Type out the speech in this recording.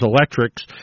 electrics